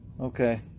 Okay